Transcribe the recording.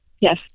Yes